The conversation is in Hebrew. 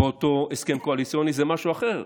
באותו הסכם קואליציוני זה משהו אחר,